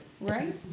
Right